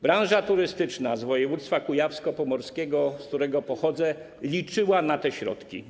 Branża turystyczna z województwa kujawsko-pomorskiego, z którego pochodzę, liczyła na te środki.